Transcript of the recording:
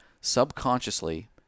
Subconsciously